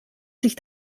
sich